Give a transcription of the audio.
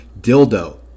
dildo